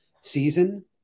season